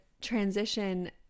transition